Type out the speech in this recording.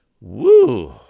Woo